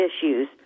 issues